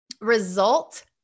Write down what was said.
result